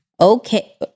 Okay